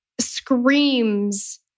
screams